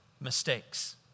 mistakes